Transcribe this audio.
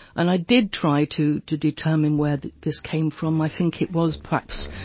and i did try to to determine where this came from. i think it was perhaps,